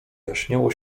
jaśniało